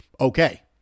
okay